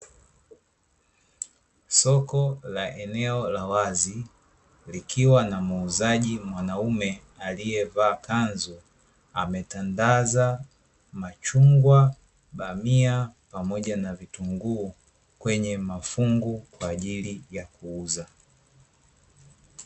Soko la eneo la wazi, likiwa na muuzaji mwanaume aliyevaa kanzu, ametandaza machungwa, bamia pamoja na vitunguu kwenye mafungu kwa ajili ya kuuza.